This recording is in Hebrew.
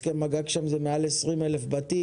הסכם הגג שם זה מעל 20,000 דירות,